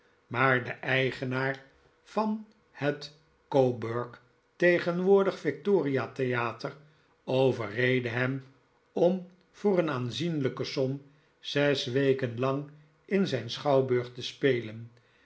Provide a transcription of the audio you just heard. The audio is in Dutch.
maar de eigenaar van het ooburgtegenwoordig victoria j theater overreedde hem om voor eene aanzienlijke som zes weken lang in zijn schouwburg te spelen